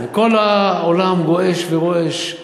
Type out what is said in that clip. וכל העולם רועש וגועש.